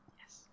yes